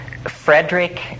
Frederick